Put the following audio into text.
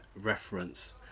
reference